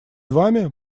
вами